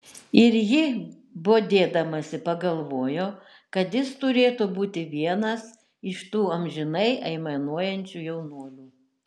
ir ji bodėdamasi pagalvojo kad jis turėtų būti vienas iš tų amžinai aimanuojančių jaunuolių